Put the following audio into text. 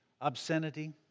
obscenity